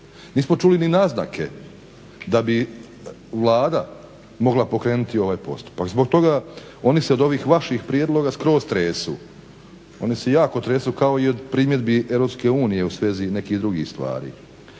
Nismo čuli ni naznake da bi Vlada mogla pokrenuti ovaj postupak. Zbog toga oni se od ovih vaših prijedloga skroz tresu, oni se jako tresu kao i od primjedbi EU u svezi nekih drugih stvari.